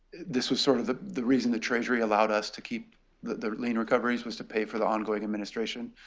this was sort of the the reason the treasury allowed us to keep the lien recoveries was to pay for the ongoing administration,